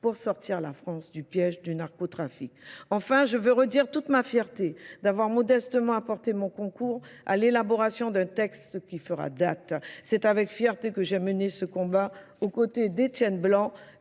pour sortir la France du piège du narcotrafique. Enfin, je veux redire toute ma fierté d'avoir modestement apporté mon concours à l'élaboration d'un texte qui fera date. C'est avec fierté que j'ai mené ce combat aux côtés d'Etienne Blanc